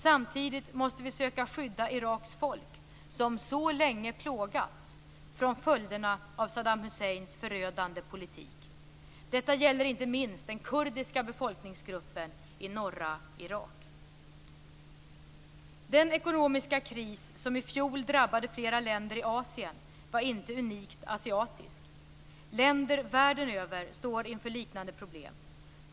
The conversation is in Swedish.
Samtidigt måste vi söka skydda Iraks folk - som så länge plågats - från följderna av Saddam Husseins förödande politik. Detta gäller inte minst den kurdiska befolkningsgruppen i norra Irak. Den ekonomiska kris som i fjol drabbade flera länder i Asien var inte unikt asiatisk. Länder världen över står inför liknande problem.